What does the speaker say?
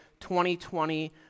2020